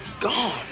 gone